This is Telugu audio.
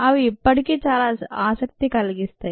అవి ఇప్పటికీ చాలా ఆసక్తి కలిగిస్తాయి